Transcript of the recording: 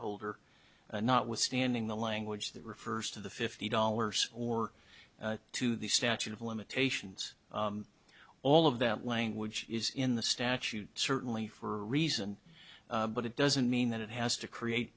holder notwithstanding the language that refers to the fifty dollars or to the statute of limitations all of that language is in the statute certainly for a reason but it doesn't mean that it has to create